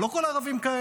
אבל לא כל הערבים כאלה.